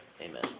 Amen